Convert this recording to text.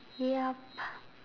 yup